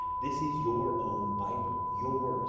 this is your own bible yours